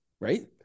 right